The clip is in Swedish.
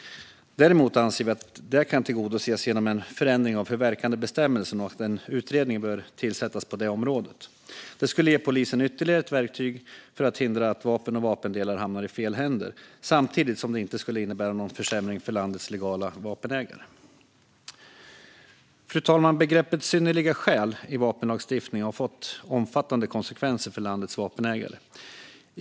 Däremot anser vi att detta kan tillgodoses genom en förändring av förverkandebestämmelserna och att en utredning bör tillsättas på området. Det skulle ge polisen ytterligare ett verktyg för att hindra att vapen och vapendelar hamnar i fel händer, samtidigt som det inte skulle innebära någon försämring för landets legala vapenägare. Fru talman! Begreppet synnerliga skäl i vapenlagstiftningen har fått omfattande konsekvenser för landets vapenägare.